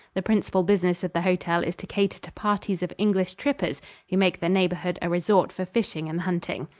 the principal business of the hotel is to cater to parties of english trippers who make the neighborhood a resort for fishing and hunting.